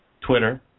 Twitter